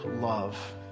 love